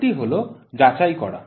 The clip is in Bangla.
পরেরটি হল যাচাই করা